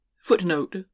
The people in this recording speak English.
Footnote